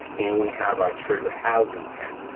and we have our trigger housing pin.